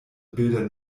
bilder